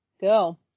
Go